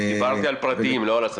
דיברתי על הפרטיים, לא על העסקים.